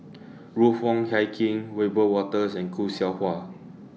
Ruth Wong Hie King Wiebe Wolters and Khoo Seow Hwa